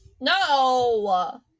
No